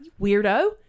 Weirdo